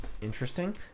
interesting